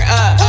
up